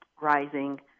rising